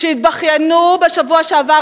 שהתבכיינו בשבוע שעבר,